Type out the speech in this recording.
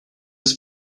was